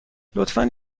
لطفا